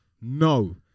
No